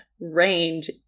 range